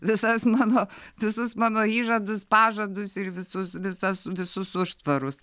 visas mano visus mano įžadus pažadus ir visus visas visus užtvarus